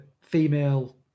female